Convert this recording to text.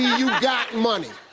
you got money.